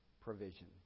provision